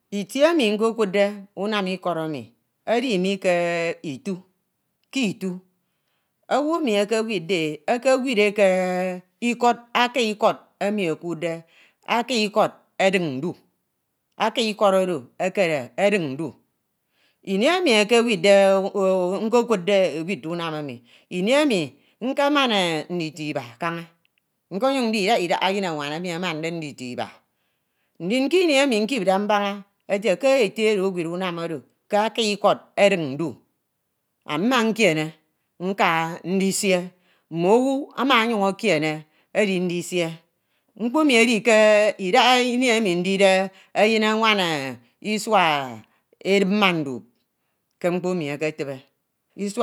Itie emi nkekudde unum ikod emi edi mi ke itọ ke ito owu emi ekewidde e ekewia e ke aki ikọd emi ekaudde aki ikọd edenndu, aki ikọd oro ekere edenndu, mi emi nkekudde e, widde unam ini oro nkeman ndito iba kaña, nkenyun ndi idaba idaba eyein awon emi amande ndito iba. Ndin ke ini nkipde mbaña ete ke ete oro ewid unam oro ke aki ikọd eden ndu, ami mma nkiene nka ndisie mme owu ema enyuñ ekiene edi ndisie mkpo emi edi ke idaha ini emi ndide eyuñ owan isua edip ma dup ke mkpo emi eketibe. isua